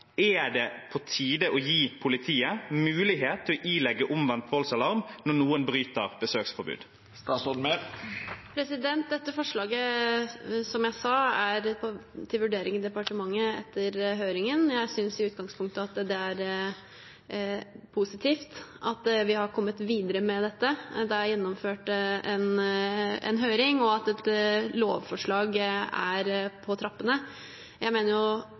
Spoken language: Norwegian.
Er det på tide å gi politiet mulighet til å ilegge omvendt voldsalarm når noen bryter besøksforbud? Dette forslaget er, som jeg sa, til vurdering i departementet etter høringen. Jeg synes i utgangspunktet at det er positivt at vi har kommet videre med dette, at det er gjennomført en høring, og at et lovforslag er på trappene. Jeg mener,